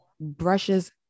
brushes